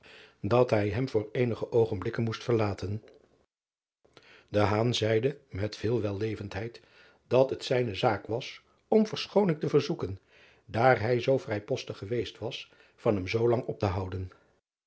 dat hij hem voor eenige oogenblikken moest verlaten zeide met veel wellevendheid dat het zijne zaak was om verschooning te verzoeken daar hij zoo vrijpostig geweest was van hem zoolang op te houden